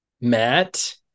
matt